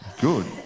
good